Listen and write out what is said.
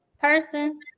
person